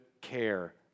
care